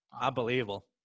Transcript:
Unbelievable